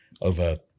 over